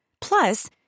Plus